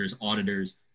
auditors